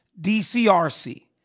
dcrc